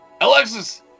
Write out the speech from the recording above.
Alexis